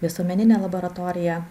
visuomeninė laboratorija